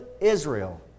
Israel